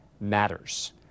matters